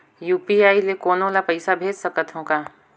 UPI ले कोनो ला पइसा भेज सकत हों का?